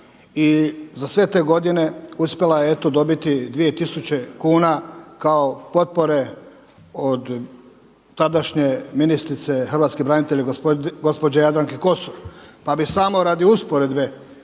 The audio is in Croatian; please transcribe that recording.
za sve te godine uspjela je dobiti dvije tisuće kuna kao potpore od tadašnje ministrice hrvatskih branitelja gospođe Jadranke Kosor. Pa bi samo radi usporedbe